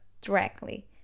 directly